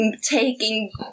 taking